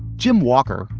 jim walker,